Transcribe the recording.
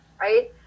right